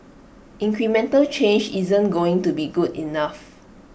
incremental change isn't going to be good enough